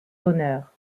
d’honneur